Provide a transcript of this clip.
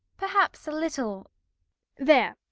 perhaps a little there,